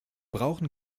brauchen